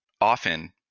often